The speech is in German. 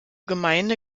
gemeinde